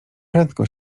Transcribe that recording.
prędko